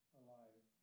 alive